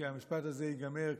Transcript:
ושכשהמשפט הזה ייגמר,